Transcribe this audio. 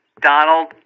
Donald